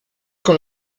con